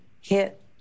hit